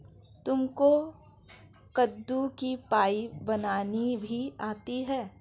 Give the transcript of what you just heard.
तुमको कद्दू की पाई बनानी भी आती है?